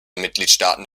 mitgliedstaaten